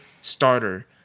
starter